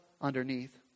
underneath